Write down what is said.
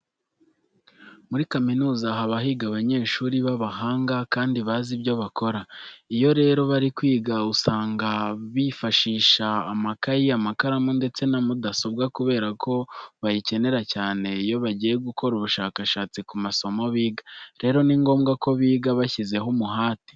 Muri kaminuza haba higa abanyeshuri b'abahanga kandi bazi ibyo bakora. Iyo rero bari kwiga usanga bifashisha amakayi, amakaramu ndetse na mudasobwa kubera ko bayikenera cyane iyo bagiye gukora ubushakashatsi ku masomo biga. Rero ni ngombwa ko biga bashyizeho umuhate.